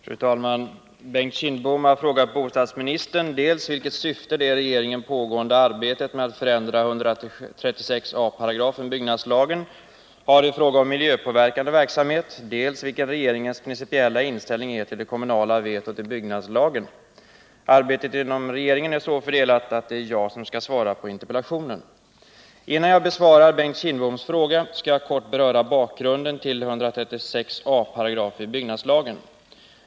Fru talman! Bengt Kindbom har frågat bostadsministern dels vilket syfte det i regeringen pågående arbetet med att förändra 136 a § byggnadslagen har i fråga om miljöpåverkande verksamhet, dels vilken regeringens principiella inställning är till det kommunala vetot i byggnadslagen. Arbetet inom regeringen är så fördelat att det är jag som skall svara på interpellationen. Innan jag besvarar Bengt Kindboms fråga skall jag kort beröra bakgrunden till 136 a § byggnadslagen .